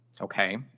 okay